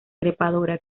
trepadora